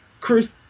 Chris